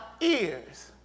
ears